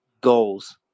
goals